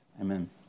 Amen